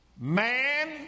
Man